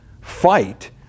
fight